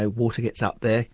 ah water gets up there,